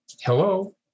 Hello